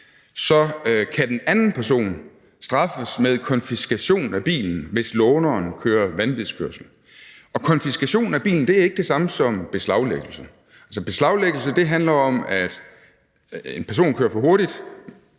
så kan den anden person straffes med konfiskation af bilen, hvis låneren kører vanvidskørsel. Konfiskation af bilen er ikke det samme som beslaglæggelse. Altså, beslaglæggelse handler om, at en person kører for hurtigt,